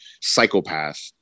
psychopath